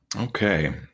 okay